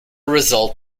result